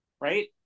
right